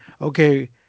okay